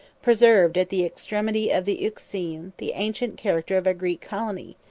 preserved at the extremity of the euxine the ancient character of a greek colony,